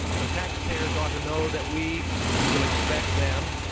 but taxpayers ought to know that we will expect them,